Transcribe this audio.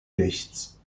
lichts